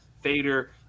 fader